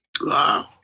Wow